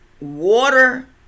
water